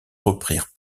reprirent